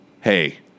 hey